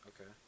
Okay